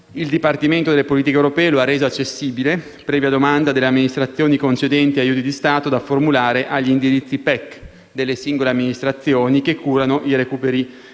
il Dipartimento per le politiche europee lo ha reso accessibile, previa domanda delle amministrazioni concedenti aiuti di Stato da formulare agli indirizzi PEC delle singole amministrazioni che curano i recuperi